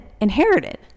inherited